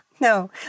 No